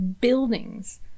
buildings